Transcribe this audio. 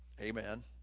Amen